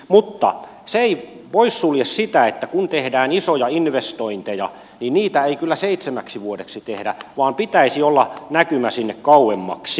mutta se ei poissulje sitä että kun tehdään isoja investointeja niin niitä ei kyllä seitsemäksi vuodeksi tehdä vaan pitäisi olla näkymä sinne kauemmaksi